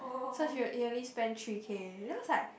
so he he only spend three K then I was like